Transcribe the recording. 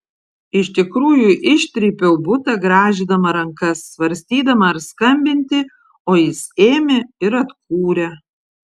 iš tikrųjų ištrypiau butą grąžydama rankas svarstydama ar skambinti o jis ėmė ir atkūrė